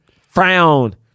frown